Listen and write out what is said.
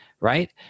Right